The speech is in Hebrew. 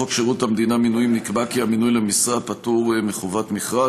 בחוק שירות המדינה (מינויים) נקבע כי המינוי למשרד פטור מחובת מכרז.